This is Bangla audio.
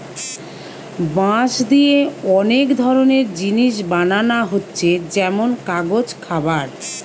বাঁশ দিয়ে অনেক ধরনের জিনিস বানানা হচ্ছে যেমন কাগজ, খাবার